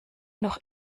noch